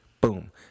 Boom